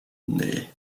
nee